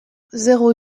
zéro